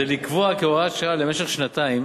זה לקבוע כהוראת שעה למשך שנתיים